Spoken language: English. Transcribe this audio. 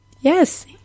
Yes